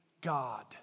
God